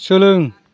सोलों